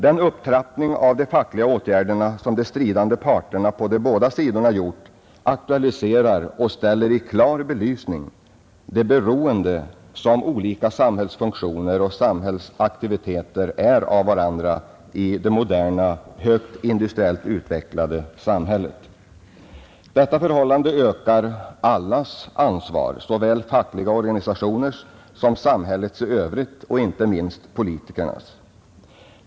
Den upptrappning av de fackliga åtgärderna som de stridande parterna på båda sidorna gjort, aktualiserar och ställer i en klar belysning att olika samhällsfunktioner och samhällsaktiviteter är intimt beroende av varandra i det moderna, högt industriellt utvecklade samhället. Detta förhållande ökar allas ansvar, såväl fackliga organisationers som samhällets i övrigt, inte minst politikernas.